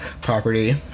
property